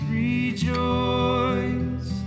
rejoice